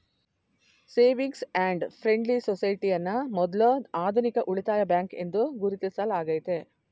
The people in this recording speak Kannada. ಸೇವಿಂಗ್ಸ್ ಅಂಡ್ ಫ್ರೆಂಡ್ಲಿ ಸೊಸೈಟಿ ಅನ್ನ ಮೊದ್ಲ ಆಧುನಿಕ ಉಳಿತಾಯ ಬ್ಯಾಂಕ್ ಎಂದು ಗುರುತಿಸಲಾಗೈತೆ